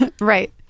Right